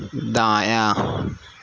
دایاں